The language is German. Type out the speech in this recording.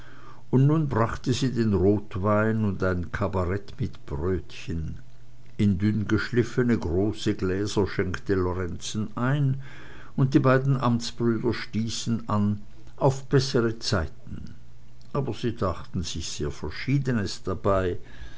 und nun brachte sie den rotwein und ein cabaret mit brötchen in dünngeschliffene große gläser schenkte lorenzen ein und die beiden amtsbrüder stießen an auf bessere zeiten aber sie dachten sich sehr verschiedenes dabei